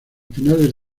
finales